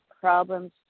problems